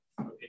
Okay